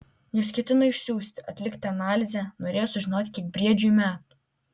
juos ketino išsiųsti atlikti analizę norėjo sužinoti kiek briedžiui metų